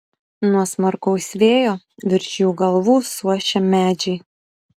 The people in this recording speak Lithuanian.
nuo smarkaus vėjo virš jų galvų suošia medžiai